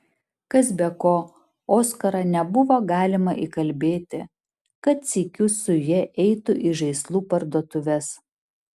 kas be ko oskaro nebuvo galima įkalbėti kad sykiu su ja eitų į žaislų parduotuves